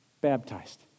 baptized